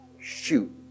Shoot